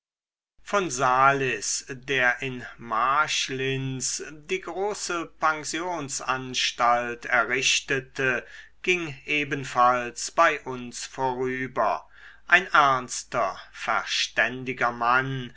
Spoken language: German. von salis der in marschlins die große pensionsanstalt errichtete ging ebenfalls bei uns vorüber ein ernster verständiger mann